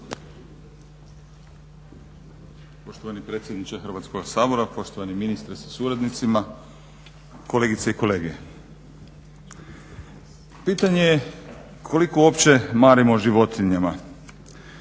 Pitanje koliko uopće marimo o životinjama,